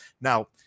Now